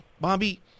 Bobby